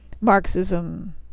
Marxism